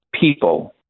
people